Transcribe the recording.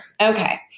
Okay